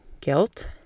Guilt